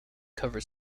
cover